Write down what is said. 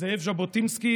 זאב ז'בוטינסקי